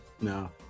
No